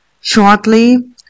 shortly